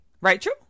Rachel